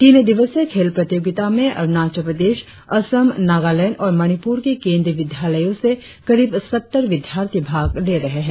तीन दिवसीय खेल प्रतियोगिता में अरुणाचल प्रदेश असम नागालैंड और मणिप्र के केंद्रीय विद्यालयों से करीब सत्तर विद्यार्थी भाग ले रहे है